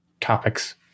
topics